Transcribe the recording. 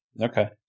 Okay